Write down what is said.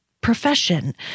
profession